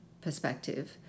perspective